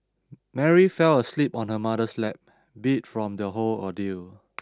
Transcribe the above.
Mary fell asleep on her mother's lap beat from the whole ordeal